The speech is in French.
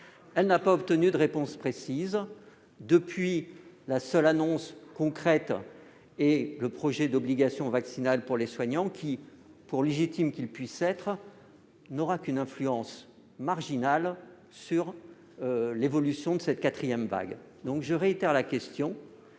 vague, sans obtenir de réponse précise. Depuis, la seule annonce concrète est celle d'un projet d'obligation vaccinale pour les soignants. Pour légitime qu'il puisse être, ce projet n'aura qu'une influence marginale sur l'évolution de cette quatrième vague. Je réitère donc la question